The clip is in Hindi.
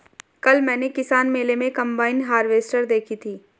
कल मैंने किसान मेले में कम्बाइन हार्वेसटर देखी थी